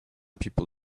people